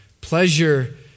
Pleasure